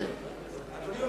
אדוני,